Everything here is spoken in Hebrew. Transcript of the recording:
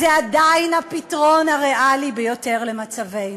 זה עדיין הפתרון הריאלי ביותר למצבנו.